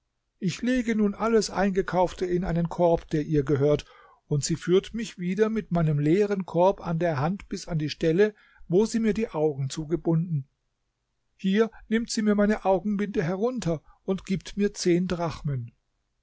ich lege nun alles eingekaufte in einen korb der ihr gehört und sie führt mich wieder mit meinem leeren korb an der hand bis an die stelle wo sie mir die augen zugebunden hier nimmt sie mir meine augenbinde herunter und gibt mir zehn drachmen